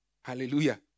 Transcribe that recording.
Hallelujah